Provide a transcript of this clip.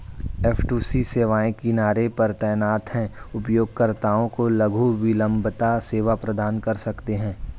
F two C सेवाएं किनारे पर तैनात हैं, उपयोगकर्ताओं को लघु विलंबता सेवा प्रदान कर सकते हैं